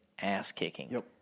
ass-kicking